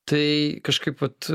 tai kažkaip vat